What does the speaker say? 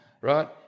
right